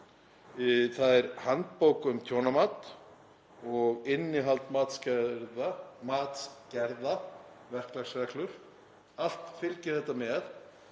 það er handbók um tjónamat og innihald matsgerða, verklagsreglur. Allt fylgir þetta með